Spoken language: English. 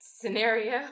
scenario